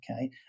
okay